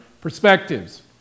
perspectives